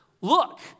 Look